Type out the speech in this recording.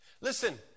Listen